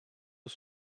eux